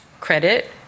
credit